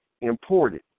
imported